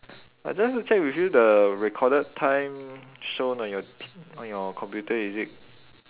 I just want check with you the recorded time shown on your t~ on your computer is it